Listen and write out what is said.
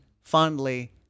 fondly